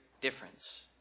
difference